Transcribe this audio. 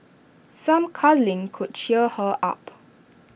some cuddling could cheer her up